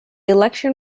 election